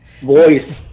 voice